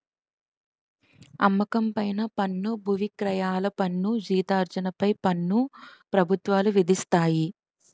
అమ్మకం పైన పన్ను బువిక్రయాల పన్ను జీతార్జన పై పన్ను ప్రభుత్వాలు విధిస్తాయి